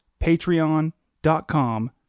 patreon.com